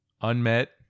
unmet